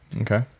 okay